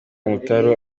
umutaru